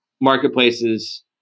marketplaces